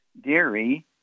dairy